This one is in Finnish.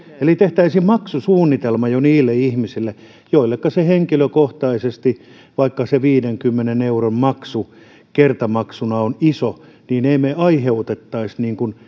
eli kun tehtäisiin maksusuunnitelma niille ihmisille joille henkilökohtaisesti vaikka viidenkymmenen euron maksu kertamaksuna on iso niin emme me aiheuttaisi